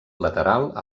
lateral